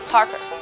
Parker